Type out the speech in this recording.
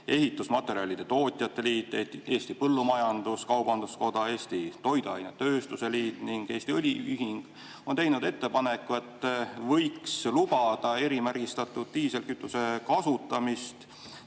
Ehitusmaterjalide Tootjate Liit, Eesti Põllumajandus‑Kaubanduskoda, Eesti Toiduainetööstuse Liit ning Eesti Õliühing, on teinud ettepaneku, et võiks lubada erimärgistatud diislikütuse kasutamist